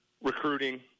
recruiting